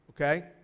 Okay